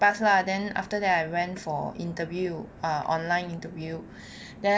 I pass lah then after that I went for interview err online interview